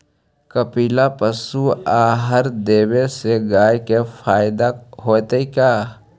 कपिला पशु आहार देवे से गाय के फायदा होतै का?